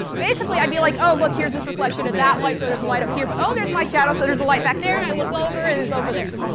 basically i'd be like, oh, look here's this reflection of that light, so there's light up here, but, oh, there's my shadow, so there's a light back there and i looked over and it's over there.